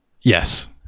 Yes